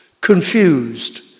confused